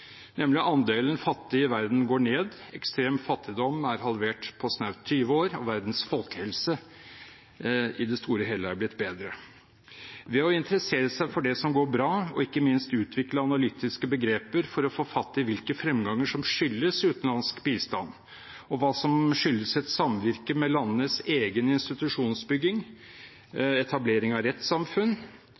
nemlig at andelen fattige i verden går ned, ekstrem fattigdom er halvert på snaut 20 år, og verdens folkehelse i det store og hele er blitt bedre. Ved å interessere seg for det som går bra, ikke minst ved å utvikle analytiske begreper for å få fatt i hvilke fremganger som skyldes utenlandsk bistand, og hva som skyldes et samvirke med landenes egen institusjonsbygging, etablering av rettssamfunn,